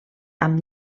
amb